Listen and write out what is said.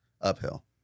uphill